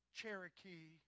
Cherokee